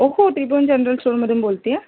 ओहो त्रिभुवन जनरल स्टोरमधून बोलते आहे